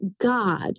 God